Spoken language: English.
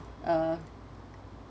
uh